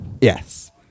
Yes